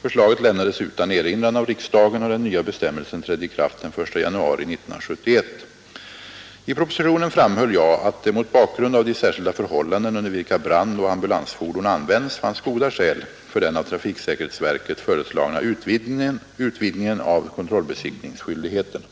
Förslaget lämnades utan erinran av riksdagen, och den nya bestämmelsen trädde i kraft den 1 januari 1971. I propositionen framhöll jag att det mot bakgrund av de särskilda förhållanden under vilka brandoch ambulansfordon används fanns goda skäl för den av trafiksäkerhetsverket föreslagna utvidgningen av kontrollbesiktningsskyldigheten.